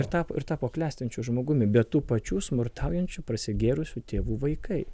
ir tapo ir tapo klestinčiu žmogumi bet tų pačių smurtaujančių prasigėrusių tėvų vaikai